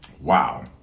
Wow